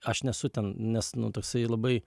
aš nesu ten nes nu toksai labai